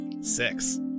Six